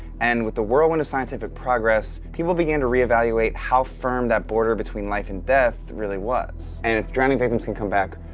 and with the whirlwind of scientific progress, people began to reevaluate how firm that border between life and death really was. and if drowning victims can come back,